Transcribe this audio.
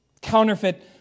counterfeit